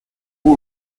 all